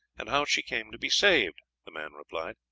and how she came to be saved, the man replied.